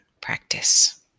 practice